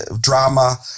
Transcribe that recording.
drama